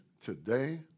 today